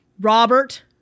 Robert